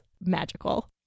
magical